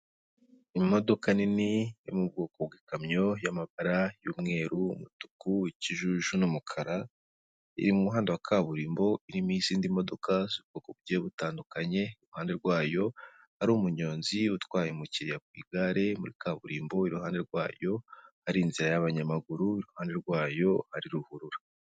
Imodoka nini yo mu bwoko bw'ikamyo y'amabara y'umweru, umutuku, ikijuju n'umukara, iri mu muhanda wa kaburimbo urimo izindi modoka z'ubwoko bugiye butandukanye, iruhande rwayo hari umunyonzi utwaye umukiriya ku igare muri kaburimbo, iruhande rwaryo hari inzira y'abanyamaguru, iruhande rwayo hari ruhurura.